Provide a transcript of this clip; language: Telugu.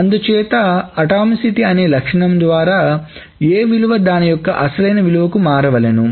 అందుచేత అటామిసిటీ అనే లక్షణం ద్వారా A విలువ దాని యొక్క అసలైన విలువకు మారవలెను